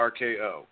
RKO